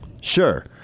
Sure